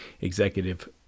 executive